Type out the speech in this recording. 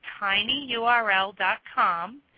tinyurl.com